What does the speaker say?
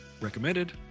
recommended